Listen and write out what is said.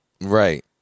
Right